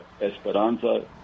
Esperanza